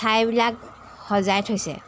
ঠাইবিলাক সজাই থৈছে